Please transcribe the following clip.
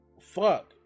fuck